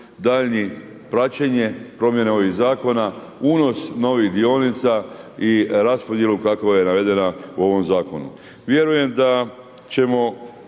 daljnje praćenje, promjene ovih zakona, unos novih dionica i raspodjela kakva je navedena u ovom zakonu. Vjerujem da ćemo